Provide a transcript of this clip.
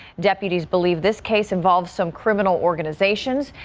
deputies believe this case involves some criminal organizations.